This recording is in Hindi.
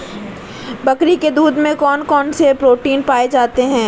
बकरी के दूध में कौन कौनसे प्रोटीन पाए जाते हैं?